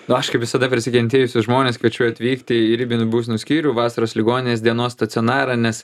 na aš kaip visada prisikentėjusius žmones kviečiu atvykti į ribinių būsenų skyrių vasaros ligoninės dienos stacionarą nes